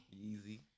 Easy